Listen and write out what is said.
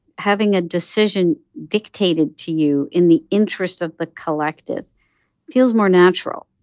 having a decision dictated to you in the interests of the collective feels more natural.